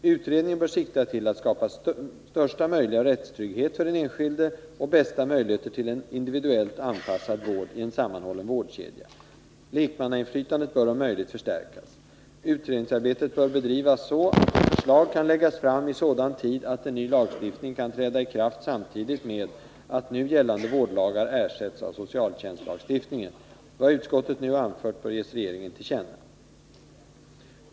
Utredningen bör sikta till att skapa största möjliga rättstrygghet för den enskilde och bästa möjligheter till en individuellt anpassad vård i en sammanhållen vårdkedja. Lekmannainflytandet bör om möjligt förstärkas. Utredningsarbetet bör bedrivas så att ett förslag kan läggas fram i sådan tid att en ny lagstiftning kan träda i kraft samtidigt med att nu gällande vårdlagar ersätts av socialtjänstlagstiftningen. Vad utskottet nu anfört bör ges regeringen till känna.